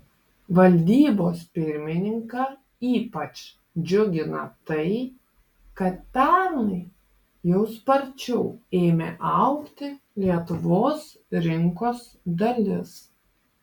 valdybos pirmininką ypač džiugina tai kad pernai jau sparčiau ėmė augti lietuvos rinkos dalis